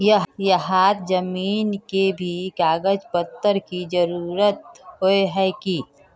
यहात जमीन के भी कागज पत्र की जरूरत होय है की?